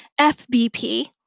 FBP